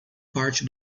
parte